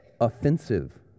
offensive